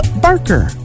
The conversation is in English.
Barker